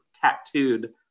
tattooed